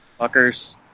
fuckers